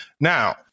now